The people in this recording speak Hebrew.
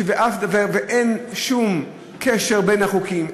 ואין שום קשר בין החוקים,